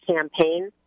campaign